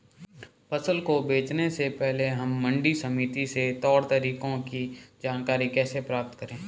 फसल को बेचने से पहले हम मंडी समिति के तौर तरीकों की जानकारी कैसे प्राप्त करें?